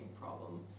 problem